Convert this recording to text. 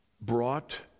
brought